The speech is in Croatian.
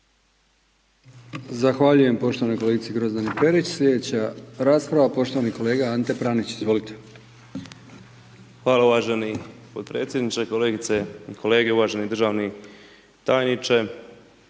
Zahvaljujem poštovanoj kolegici Grozdani Perić. Sljedeća rasprava poštovani kolega Ante Pranić. Izvolite. **Pranić, Ante (NLM)** Hvala uvaženi podpredsjedniče, kolegice i kolege, uvaženi državni tajniče.